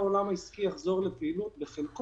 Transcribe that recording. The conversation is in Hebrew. או אחרת גם אחרי שהעולם העסקי יחזור לפעילות בחלקו,